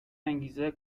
انگیزه